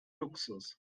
luxus